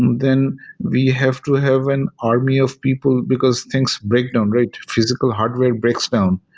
then we have to have an army of people, because things break down, right? physical hardware breaks down.